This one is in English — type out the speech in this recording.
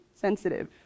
sensitive